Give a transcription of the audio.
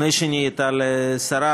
לפני שנהייתה לשרה,